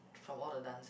from all the dancing